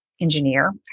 engineer